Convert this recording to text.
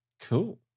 cool